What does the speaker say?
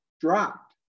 dropped